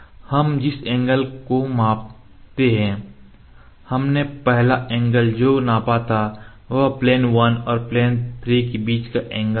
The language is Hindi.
हम जिस एंगल को मापते हैं हमने पहला एंगल जो नापा था वह प्लेन 1 और प्लेन 3 के बीच का था